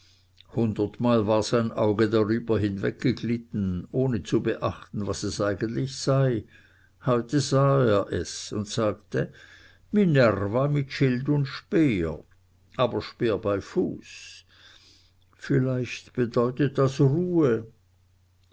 hundertmal war sein auge darüber hinweggeglitten ohne zu beachten was es eigentlich sei heute sah er es und sagte minerva mit schild und speer aber speer bei fuß vielleicht bedeutet es ruhe